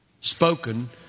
Spoken